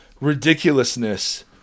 ridiculousness